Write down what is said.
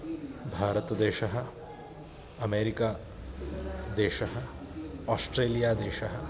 भारतदेशः अमेरिका देशः आस्ट्रेलिया देशः